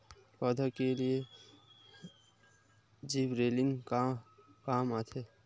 पौधा के लिए जिबरेलीन का काम आथे?